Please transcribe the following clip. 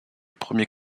premier